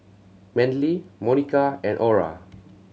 Manly Monica and Ora